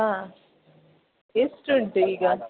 ಹಾಂ ಎಷ್ಟು ಉಂಟು ಈಗ